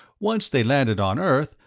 once they landed on earth,